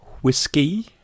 Whiskey